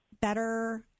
better